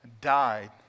died